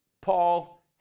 Paul